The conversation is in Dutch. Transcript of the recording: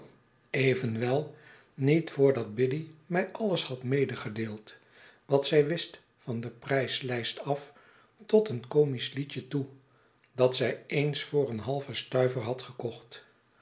evenwel niet voordat biddy mij alles had medegedeeld wat zij wist van de prijslijst af tot een comisch liedje toe dat zij eens voor een halven stuiver had gekocht